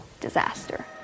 disaster